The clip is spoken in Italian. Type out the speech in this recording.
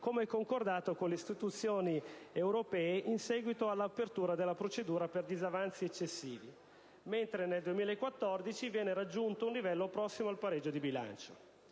come concordato con le istituzioni europee in seguito alla apertura della procedura per disavanzi eccessivi, mentre nel 2014 viene raggiunto un livello prossimo al pareggio di bilancio.